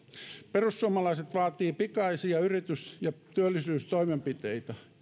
perussuomalaiset vaatii pikaisia yritys ja työllisyystoimenpiteitä